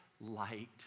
light